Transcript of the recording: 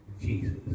Jesus